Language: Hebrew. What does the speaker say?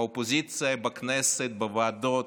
האופוזיציה בכנסת, בוועדות,